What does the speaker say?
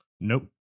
Nope